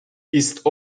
ist